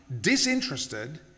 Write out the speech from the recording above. disinterested